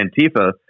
Antifa